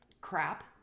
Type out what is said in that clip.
crap